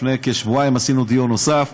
לפני כשבועיים עשינו דיון נוסף,